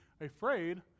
afraid